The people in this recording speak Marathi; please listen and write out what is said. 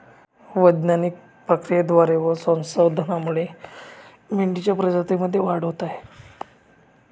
वैज्ञानिक प्रक्रियेद्वारे व संशोधनामुळे मेंढीच्या प्रजातीमध्ये वाढ होत आहे